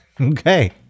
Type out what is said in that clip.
okay